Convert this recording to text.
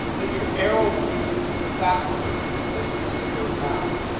then your arrow keys can be faster than using your mouse.